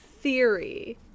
theory